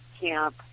camp